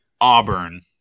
Auburn